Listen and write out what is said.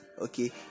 Okay